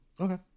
Okay